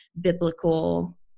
biblical